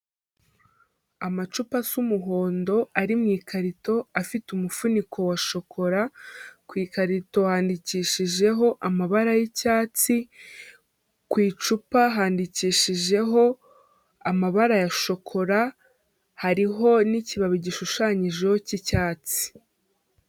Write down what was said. Amacupa asa umuhondo ari mu ikarito afite umufuniko wa shokora, ku ikarito handikishijeho amabara y'icyatsi, ku icupa handikishijeho amabara ya shokora, hariho n'ikibabi gishushanyijeho cy'icyatsi.